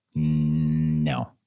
no